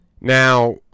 Now